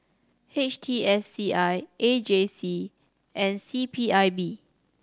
H T S C I A J C and C P I B